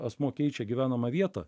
asmuo keičia gyvenamą vietą